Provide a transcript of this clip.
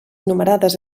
numerades